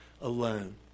alone